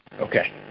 Okay